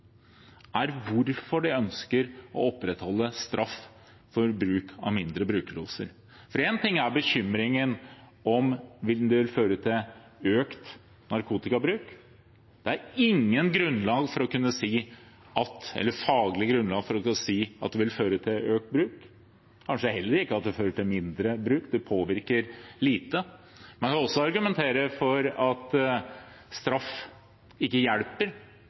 er hvorfor de ønsker å opprettholde straff for bruk av mindre brukerdoser. Én ting er bekymringen for om det vil føre til økt narkotikabruk. Det er ikke noe faglig grunnlag for å kunne si at det vil føre til økt bruk, kanskje heller ikke at det fører til mindre bruk – det påvirker lite. Man kan også argumentere for at straff ikke hjelper.